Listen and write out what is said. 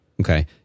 Okay